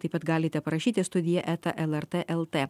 taip pat galite parašyti į studiją eta elta lrt lt